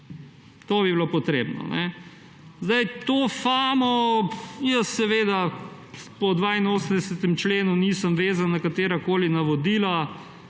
To bi bilo potrebno. Ta fama … Jaz seveda po 82. členu nisem vezan na katerakoli navodila.